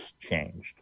changed